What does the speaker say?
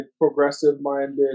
progressive-minded